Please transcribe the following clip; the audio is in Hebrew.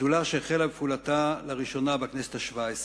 שדולה שהחלה בפעולתה בכנסת השבע-עשרה.